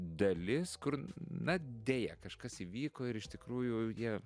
dalis kur na deja kažkas įvyko ir iš tikrųjų jie